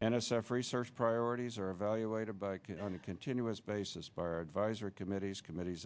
n s f research priorities are evaluated by kit on a continuous basis by our advisory committees committees